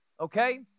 Okay